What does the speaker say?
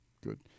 good